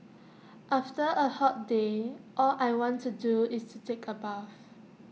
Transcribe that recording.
after A hot day all I want to do is to take A bath